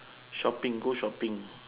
shopping go shopping